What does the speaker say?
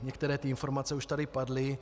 Některé informace už tady padly.